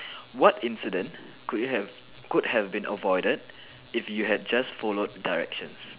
what incident could you have could have been avoided if you just followed directions